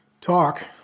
talk